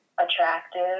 attractive